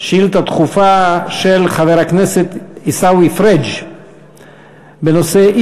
שאילתה דחופה של חבר הכנסת עיסאווי פריג' בנושא: